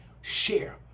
share